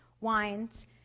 wines